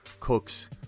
Cooks